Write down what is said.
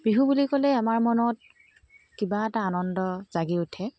বিহু বুলি ক'লে আমাৰ মনত কিবা এটা অনন্দ জাগি উঠে